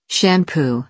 Shampoo